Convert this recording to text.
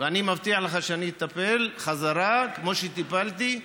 ואני מבטיח לך שאני אטפל חזרה, כמו שטיפלתי,